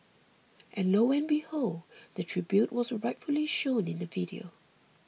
and lo and behold the tribute was rightfully shown in the video